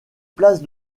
place